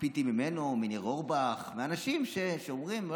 ציפיתי ממנו, מניר אורבך, מאנשים שאומרים: